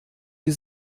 die